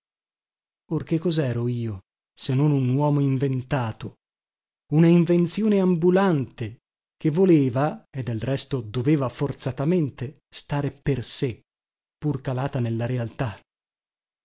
che cosero io se non un uomo inventato una invenzione ambulante che voleva e del resto doveva forzatamente stare per sé pur calata nella realtà